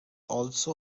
also